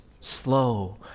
slow